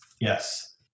Yes